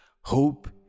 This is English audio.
Hope